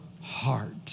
heart